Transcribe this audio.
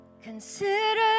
Consider